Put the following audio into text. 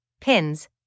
PINS